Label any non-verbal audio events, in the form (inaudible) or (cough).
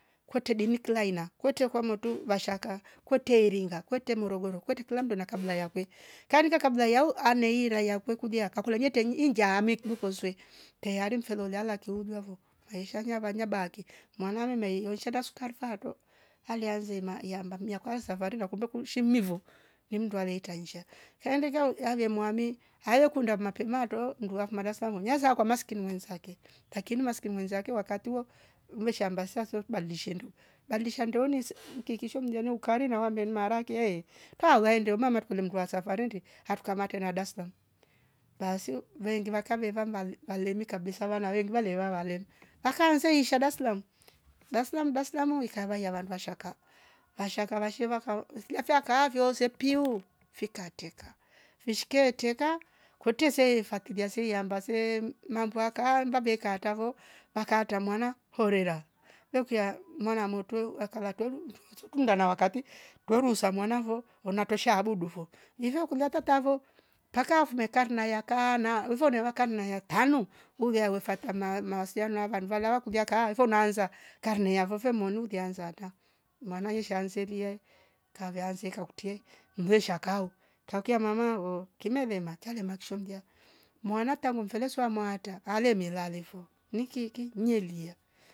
Kwete dini kila aina kwete kwa muto vashaka, kwete iringa, kwete morogoro, kwete kila mndu na kabila yakwe karika kabila yao aneira yakwe kuja kalunyete inja amekuliko kozwe teyari mfero lilalia kiiujwavo vaisha nyava nayaabaki mwanulumie weishada sukari faato alianze maya yamba miakwaya na kumbe kuluu shimnivo ni mndwale yeta nsha kaendao yave mwame aye kunda mapema to ndua fuma rasavo nyaza kwa maskini mwenzake lakini maskini mwenzake wakati wa veshamba saa swe kubali shindu balidisha ndoni se (noise) ikiki sho mje unukari na wambe maarake ehh tawa waende uma matukwa mndwa safari nde atukamate na daslamu, basi veingiva kaveva vali- valiimika kabisa wana wengi valewa wale akaanza isha daslamu, daslamu, dasalamu ikava yavandua shaka vashaka vashesha kao uthilia fyakoozevyose pwi fika tetka fishke teka kwete se fatilia seyimba se mambu ya kahemba ve katavo vakata mwana horera rokia mwana mutweo waka vatwelu nduwachusunda na wakati ndwerusa mwana vo unatosha abudu vo ivyo kulia tatatvo mpaka afume karna nayaka na uvo nevaka mnayatanuu ulia wefata maaa mawasiliano na wana vanvawala kulia ka ifo nanza karne ya veve moni uliianza hata mwana ishanze liya ehh kavianze kakutie mndwe shaka ho kaukia mama ho kimevema matiale makshombia mwana tangu mfeleswa mwata ale melale fo nikiki nyielia